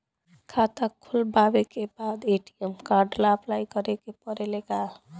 खाता खोलबाबे के बाद ए.टी.एम कार्ड ला अपलाई करे के पड़ेले का?